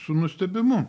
su nustebimu